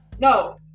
No